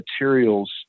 materials